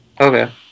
okay